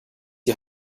die